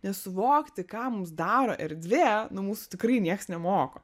nes suvokti ką mums daro erdvė nu mūsų tikrai nieks nemoko